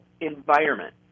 environment